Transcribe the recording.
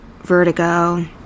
vertigo